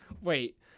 Wait